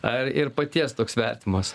ar ir paties toks vertimas